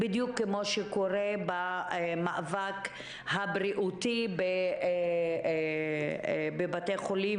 בדיוק כמו שקורה במאבק הבריאותי בבתי חולים